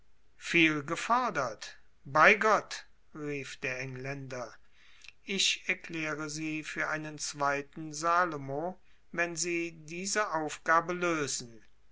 viel gefordert bei gott rief der engländer ich erkläre sie für einen zweiten salomo wenn sie diese aufgabe lösen